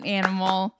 animal